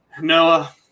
Noah –